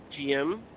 GM